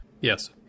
Yes